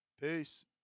Peace